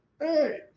Hey